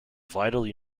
vitally